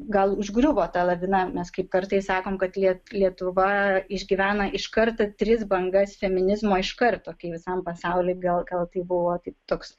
gal užgriuvo ta lavina mes kaip kartais sakome kad liet lietuva išgyvena iš karto tris bangas feminizmo iš karto kai visam pasauliui gal gal tai buvo taip toks